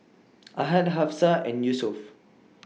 Ahad Hafsa and Yusuf